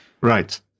Right